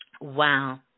Wow